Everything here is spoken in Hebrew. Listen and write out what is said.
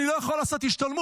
אני לא יכול לעשות השתלמות.